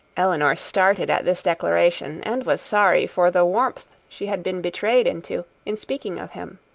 elinor started at this declaration, and was sorry for the warmth she had been betrayed into, in speaking of him.